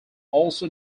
also